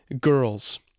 girls